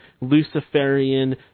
Luciferian